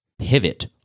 pivot